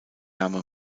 name